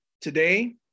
today